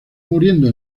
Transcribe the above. muriendo